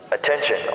Attention